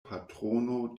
patrono